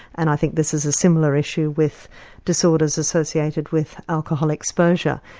and i think this is a similar issue with disorders associated with alcohol exposure.